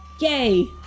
Yay